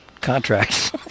contracts